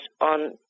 on